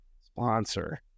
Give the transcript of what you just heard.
sponsor